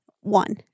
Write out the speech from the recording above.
one